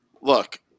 look